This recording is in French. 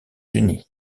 unis